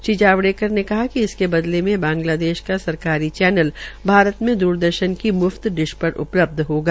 श्री जावड़ेकर ने कहा कि इसके बदले मे बांगलादेश का सरकारी चैनल भारत मे द्रदर्शन की मुफ्त डिश पर उपलब्ध होगा